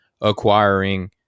acquiring